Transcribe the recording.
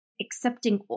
accepting